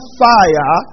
fire